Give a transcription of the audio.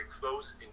close